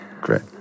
Great